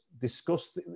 discuss